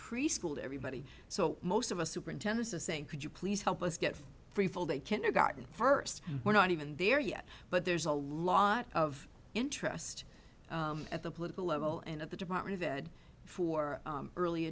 preschool to everybody so most of us superintendents is saying could you please help us get free full day kindergarten first we're not even there yet but there's a lot of interest at the political level and at the department of ed for early